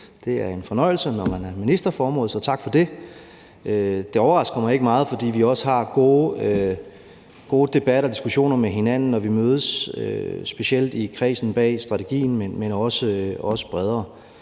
det er en fornøjelse, når man er minister for området. Så tak for det. Det overrasker mig ikke meget, fordi vi også har gode debatter og diskussioner med hinanden, når vi mødes, specielt i kredsen bag strategien, men også bredere.